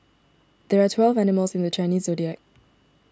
there are twelve animals in the Chinese zodiac